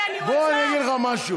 בוא אני אגיד לך משהו,